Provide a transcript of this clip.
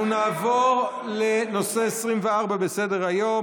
אנחנו נעבור לנושא 24 בסדר-היום,